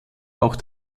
auch